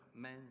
men